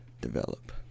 develop